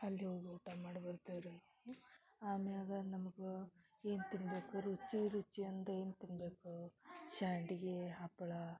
ಅಲ್ಲಿ ಹೋಗಿ ಊಟ ಮಾಡಿ ಬರ್ತೀವಿ ರೀ ಆಮ್ಯಾಗ ನಮ್ಗು ಏನು ತಿನ್ನಬೇಕು ರುಚಿ ರುಚಿ ಅಂದ ಏನು ತಿನ್ನಬೇಕು ಸಂಡಿಗೆ ಹಪ್ಪಳ